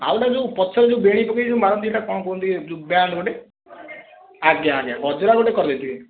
ଆଉ ଗୋଟା ଯୋଉ ପଛରେ ଯୋଉ ବେଣୀ ପକେଇକି ଯୋଉ ମାରନ୍ତି ସେଟା କ'ଣ କୁହନ୍ତି ଯେଉଁ ବ୍ୟାଣ୍ଡ ଗୋଟେ ଆଜ୍ଞା ଆଜ୍ଞା ଗଜରା ଗୋଟେ କରିଦେଇଥିବେ